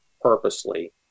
purposely